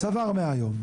צבר 100 יום.